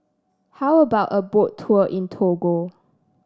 how about a Boat Tour in Togo